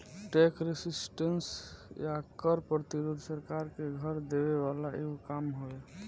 tax resistance या कर प्रतिरोध सरकार के कर देवे वाला एगो काम हवे